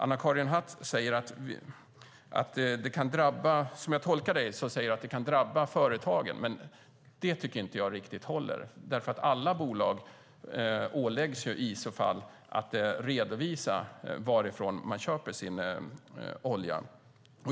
Som jag tolkar det Anna-Karin Hatt säger innebär det att det här kan drabba företagen, men det tycker jag inte riktigt håller. Alla bolag åläggs ju i så fall att redovisa varifrån de köper sin olja.